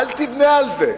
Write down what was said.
אל תבנה על זה.